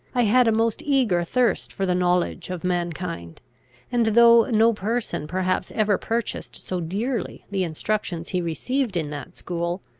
i had a most eager thirst for the knowledge of mankind and though no person perhaps ever purchased so dearly the instructions he received in that school,